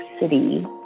City